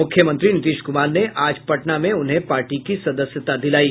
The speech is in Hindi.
मुख्यमंत्री नीतीश कूमार ने आज पटना में उन्हें पार्टी की सदस्यता दिलायी